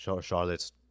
Charlotte's